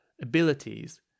abilities